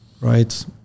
right